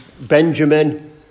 Benjamin